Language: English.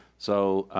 so